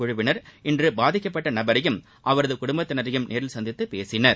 குழுவினர் இன்று பாதிக்கப்பட்ட நபரையும் அவரின் குடும்பத்தினரையும் நேரில் சந்தித்துப் பேசினர்